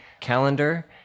calendar